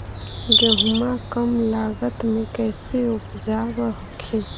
गेहुमा कम लागत मे कैसे उपजाब हखिन?